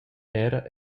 era